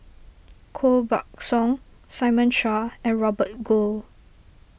Koh Buck Song Simon Chua and Robert Goh